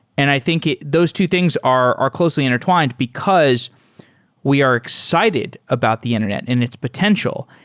and i think those two things are are closely intertwined, because we are excited about the internet and its potential,